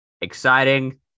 Exciting